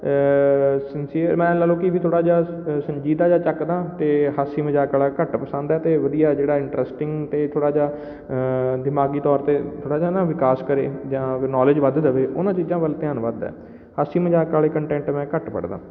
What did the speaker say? sincere ਮੈਂ ਲਾ ਲਓ ਕਿ ਵੀ ਥੋੜ੍ਹਾ ਜਿਹਾ ਸੰਜੀਦਾ ਜਾਂ ਚੱਕਦਾ ਅਤੇ ਹਾਸੀ ਮਜ਼ਾਕ ਵਾਲਾ ਘੱਟ ਪਸੰਦ ਹੈ ਅਤੇ ਵਧੀਆ ਜਿਹੜਾ ਇੰਟਰਸਟਿੰਗ ਅਤੇ ਥੋੜ੍ਹਾ ਜਿਹਾ ਦਿਮਾਗ਼ੀ ਤੌਰ 'ਤੇ ਥੋੜ੍ਹਾ ਜਿਹਾ ਨਾ ਵਿਕਾਸ ਕਰੇ ਜਾਂ ਵੀ ਨੌਲੇਜ ਵੱਧ ਦੇਵੇ ਉਹਨਾਂ ਚੀਜ਼ਾਂ ਵੱਲ ਧਿਆਨ ਵੱਧ ਹੈ ਹਾਸੀ ਮਜ਼ਾਕ ਵਾਲੇ ਕੰਟੈਂਟ ਮੈਂ ਘੱਟ ਪੜ੍ਹਦਾਂ